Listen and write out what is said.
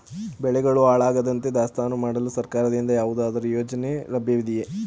ಬೆಳೆಗಳು ಹಾಳಾಗದಂತೆ ದಾಸ್ತಾನು ಮಾಡಲು ಸರ್ಕಾರದಿಂದ ಯಾವುದಾದರು ಯೋಜನೆ ಲಭ್ಯವಿದೆಯೇ?